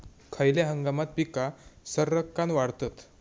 खयल्या हंगामात पीका सरक्कान वाढतत?